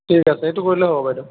ঠিক আছে এইটো কৰিলে হ'ব বাইদ'